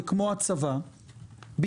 צוהריים טובים לכולם.